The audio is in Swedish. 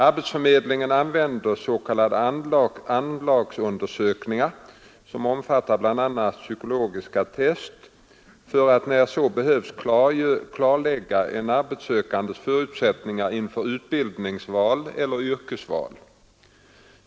Arbetsförmedlingen använder s.k. anlagsundersökningar, som omfattar bl.a. psykologiska test, för att när så behövs klarlägga en arbetssökandes förutsättningar inför utbildningsval eller yrkesval.